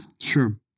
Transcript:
Sure